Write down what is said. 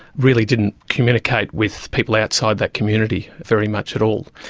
really didn't communicate with people outside that community very much at all.